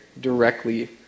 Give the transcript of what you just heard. directly